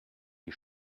die